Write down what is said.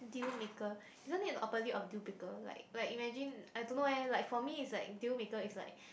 deal maker isn't it the opposite of deal breaker like like imagine I don't know eh like for me is like deal maker is like